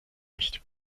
nicht